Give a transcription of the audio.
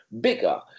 bigger